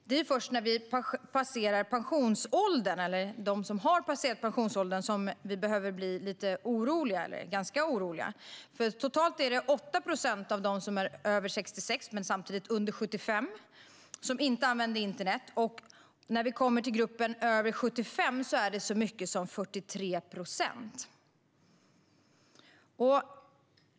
Det är först när vi ser på dem som passerat pensionsåldern som vi behöver bli lite eller ganska oroliga. Totalt är det 8 procent av dem som är mellan 66 och 75 år som inte använder internet, och när vi kommer till gruppen som är över 75 år är det så mycket som 43 procent.